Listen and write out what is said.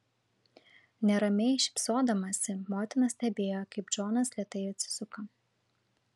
neramiai šypsodamasi motina stebėjo kaip džonas lėtai atsisuka